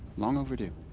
long overdue.